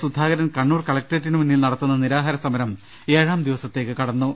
സുധാകരൻ കണ്ണൂർ കളക്ടറേറ്റിനു മുന്നിൽ നടത്തുന്ന നിരാഹാരസമരം ഏഴാംദിവസത്തിലേക്ക് കടന്നു